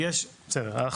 בסדר,